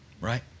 right